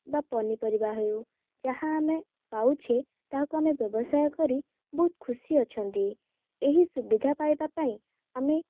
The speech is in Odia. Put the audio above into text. ବା ପନିପରିବା ହେଉ ଯାହା ଆମେ ପାଉଛେ ତାହାକୁ ଆମେ ବ୍ୟବସାୟ କରି ବହୁତ ଖୁସି ଅଛନ୍ତି ଏହି ସୁବିଧା ପାଇବା ପାଇଁ ଆମେ